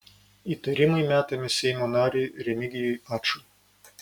įtarimai metami seimo nariui remigijui ačui